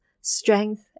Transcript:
strength